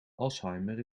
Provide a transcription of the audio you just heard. alzheimer